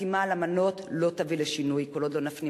חתימה על אמנות לא תביא לשינוי כל עוד לא נפנים